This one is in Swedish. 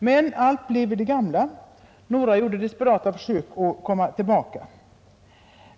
Men allt blev vid det gamla. Några sökte sig då i desperation tillbaka till Sverige.